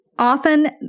often